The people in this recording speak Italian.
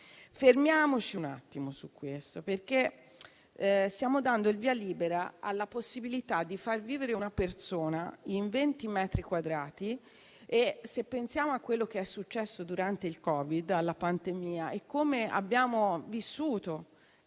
Fermiamoci un attimo su questo, perché stiamo dando il via libera alla possibilità di far vivere una persona in 20 metri quadrati. Pensiamo a quello che è successo durante il Covid, alla pandemia e a come abbiamo vissuto